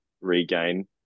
regain